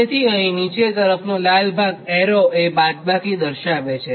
તેથી અહીં નીચે તરફનો લાલ એરો એ બાદબાકી દર્શાવે છે